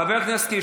חבר הכנסת קיש,